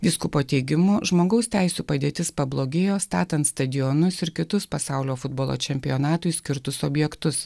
vyskupo teigimu žmogaus teisių padėtis pablogėjo statant stadionus ir kitus pasaulio futbolo čempionatui skirtus objektus